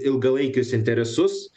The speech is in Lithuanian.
ilgalaikius interesus